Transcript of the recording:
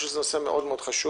אני חושב שזה נושא מאוד מאוד חשוב.